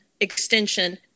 Extension